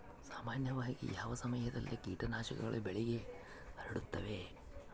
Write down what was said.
ಸಾಮಾನ್ಯವಾಗಿ ಯಾವ ಸಮಯದಲ್ಲಿ ಕೇಟನಾಶಕಗಳು ಬೆಳೆಗೆ ಹರಡುತ್ತವೆ?